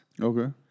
Okay